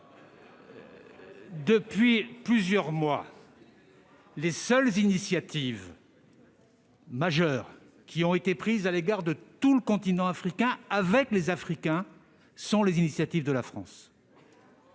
Depuis plusieurs mois, les seules initiatives majeures qui ont été prises à l'égard de tout le continent africain, avec les Africains, viennent de la France.